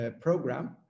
program